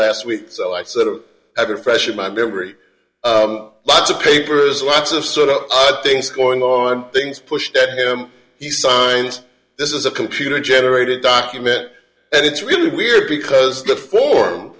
last week so i sort of had a fresh in my memory lots of papers lots of sort of odd things going on things pushed at him he signs this is a computer generated document and it's really weird because the form